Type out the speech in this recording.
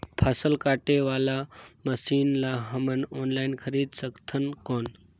फसल काटे वाला मशीन ला हमन ऑनलाइन खरीद सकथन कौन?